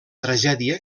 tragèdia